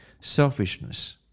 selfishness